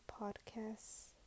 podcasts